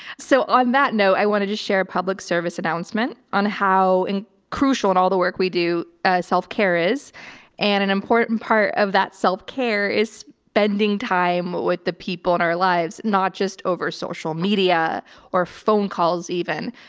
so on that note, i want to just share a public service announcement on how crucial in all the work we do ah self care is and an important part of that self care is bending time with the people in our lives, not just over social media or phone calls even,